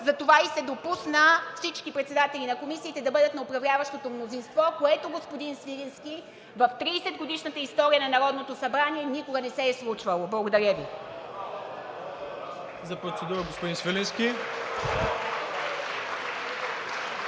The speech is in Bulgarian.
затова и се допусна всички председатели на комисиите да бъдат от управляващото мнозинство, което, господин Свиленски, в 30-годишната история на Народното събрание никога не се е случвало. Благодаря Ви. (Ръкопляскания от